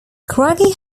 craggy